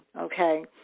okay